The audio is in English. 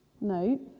No